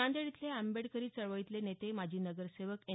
नांदेड इथले आंबेडकरी चळवळीतले नेते माजी नगरसेवक एन